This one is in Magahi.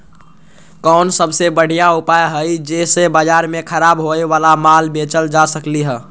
कोन सबसे बढ़िया उपाय हई जे से बाजार में खराब होये वाला माल बेचल जा सकली ह?